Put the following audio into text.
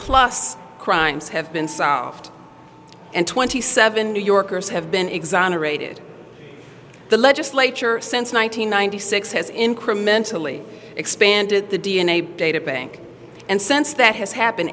plus crimes have been solved and twenty seven new yorkers have been exonerated the legislature since one nine hundred ninety six has incrementally expanded the d n a data bank and sense that has happen